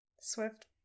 Swift